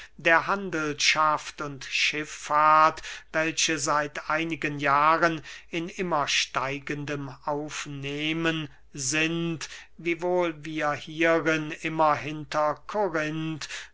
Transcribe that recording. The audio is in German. der handelschaft und schiffahrt welche seit einigen jahren in immer steigendem aufnehmen sind wiewohl wir hierin immer